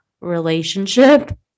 relationship